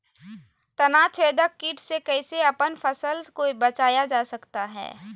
तनाछेदक किट से कैसे अपन फसल के बचाया जा सकता हैं?